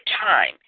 time